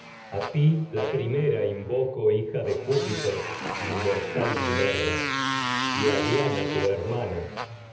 esperanza ti oráculo inmortal la primera invoco hija de jiipiter inmortal a mi tie nerva y diana tu hermana